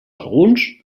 alguns